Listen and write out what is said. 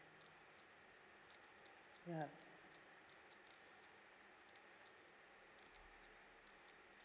ya